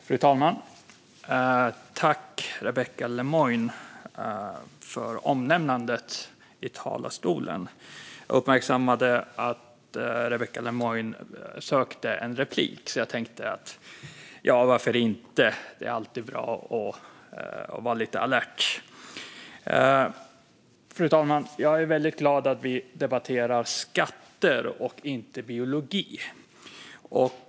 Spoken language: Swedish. Fru talman! Tack, Rebecka Le Moine, för omnämnandet i talarstolen! Jag uppmärksammade att Rebecka Le Moine sökte en replik. Jag tänkte: Varför inte, det är alltid bra att vara lite alert. Fru talman! Jag är väldigt glad att vi debatterar skatter och inte biologi.